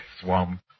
Swamp